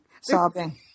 Sobbing